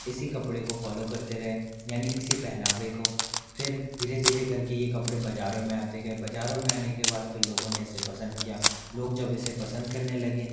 इसी कपड़े को फॉलो करते रहे यानी इसी पहनावे को फिर धीरे धीरे कर के ये कपड़े बज़ा रों में आते गए बज़ारों में आने के बाद फिर लोगों ने इसे पसंद किया लोग जब इसे पसंद करने लगे